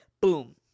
boom